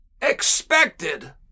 expected